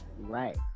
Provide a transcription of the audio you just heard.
Right